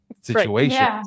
situation